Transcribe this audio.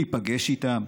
להיפגש איתם,